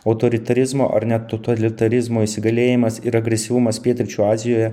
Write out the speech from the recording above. autoritarizmo ar net totalitarizmo įsigalėjimas ir agresyvumas pietryčių azijoje